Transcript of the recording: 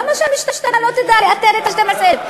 למה שהמשטרה לא תדע לאתר את ה-12,000?